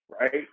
right